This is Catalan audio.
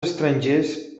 estrangers